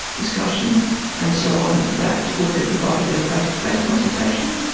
discussion and so on that would be provided in a face-to-face consultation.